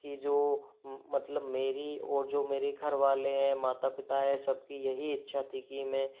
कि जो मतलब मेरी और जो मेरी घरवाले हैं माता पिता है सबकी यही इच्छा थी कि मैं